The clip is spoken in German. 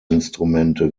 instrumente